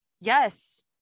Yes